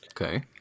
Okay